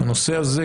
הנושא הזה,